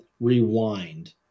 rewind